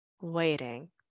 waiting